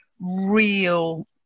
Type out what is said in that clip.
real